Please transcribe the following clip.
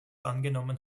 angenommen